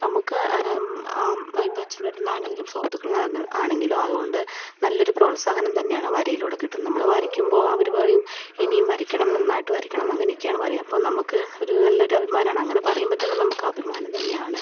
നമുക്ക് ഇപ്പോൾ അച്ചൻ്റെ അടുത്ത് നിന്നാണെങ്കിലും സുഹൃത്തുക്കളിൽ നിന്ന് ആണെങ്കിലും അതുകൊണ്ട് നല്ലൊരു പ്രോത്സാഹനം തന്നെയാണ് വരയിലൂടെ കിട്ടും നമ്മൾ വരയ്കുമ്പോൾ അവര് പറയും ഇനിയും വരയ്ക്കണം നന്നായിട്ട് വരയ്ക്കണം അങ്ങനെ ഒക്കെയാണ് പറയുക അപ്പോൾ നമുക്ക് ഒരു നല്ലൊരു അഭിമാനമാണ് അങ്ങനെ പറയുമ്പോൾ തന്നെ നമുക്ക് അഭിമാനം തന്നെയാണ്